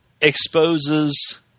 exposes